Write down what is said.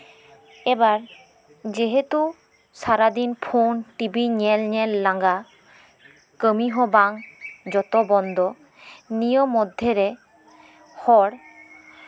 ᱮᱵᱟᱨ ᱡᱮᱦᱮᱛᱩ ᱥᱟᱨᱟ ᱫᱤᱱ ᱯᱷᱳᱱ ᱴᱤᱵᱷᱤ ᱧᱮᱞᱼᱧᱮᱞ ᱞᱟᱸᱜᱟ ᱠᱟᱹᱢᱤ ᱦᱚᱸ ᱵᱟᱝ ᱡᱚᱛᱚ ᱵᱚᱱᱫᱚ ᱱᱤᱭᱟᱹ ᱢᱚᱫᱽᱫᱷᱮ ᱨᱮ ᱦᱚᱲ